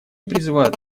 призывают